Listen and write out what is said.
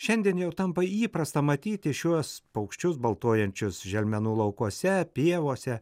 šiandien jau tampa įprasta matyti šiuos paukščius baltuojančius želmenų laukuose pievose